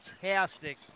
fantastic